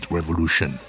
revolution